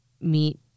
meet